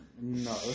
No